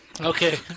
Okay